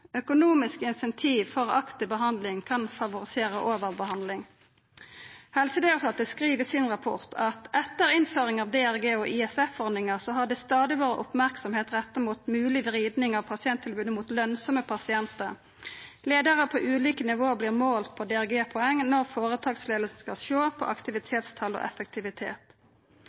for aktiv behandling kan favorisera overbehandling. Helsedirektoratet skriv i rapporten sin at etter innføring av DRG- og ISF-ordninga, har det stadig vore merksemd retta mot mogleg vriding av pasienttilbodet mot lønsame pasientar. Leiarar på ulike nivå vert målte på DRG-poeng når føretaksleiinga skal sjå på aktivitetstal og effektivitet.